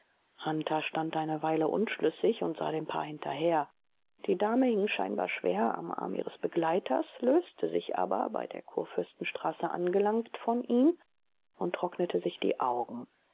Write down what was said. hunter stand eine weile unschlüssig und sah dem paar hinterher die dame hing scheinbar schwer am arm ihres begleiters löste sich aber bei der kurfürstenstraße angelangt von ihm und trocknete sich die augen